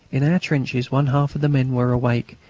in our trenches one half of the men were awake,